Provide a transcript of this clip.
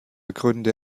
gründe